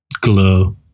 glow